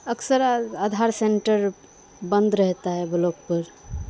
اکثر آدھار سینٹر بند رہتا ہے بلاک پر